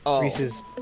Reese's